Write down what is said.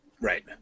Right